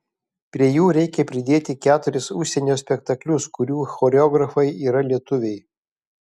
prie jų reikia pridėti keturis užsienio spektaklius kurių choreografai yra lietuviai